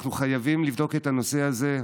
אנחנו חייבים לבדוק את הנושא הזה.